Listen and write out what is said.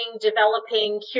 developing